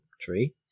tree